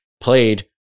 played